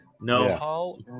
No